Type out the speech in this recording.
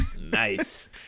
Nice